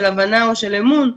של הבנה ושל אמון,